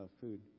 food